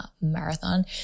marathon